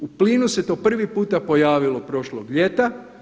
U plinu se to prvi puta pojavilo prošlog ljeta.